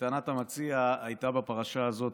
לטענת המציע הייתה בפרשה הזאת,